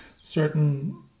certain